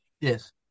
yes